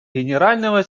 генерального